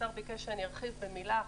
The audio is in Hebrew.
השר ביקש שאני ארחיב במילה אחת.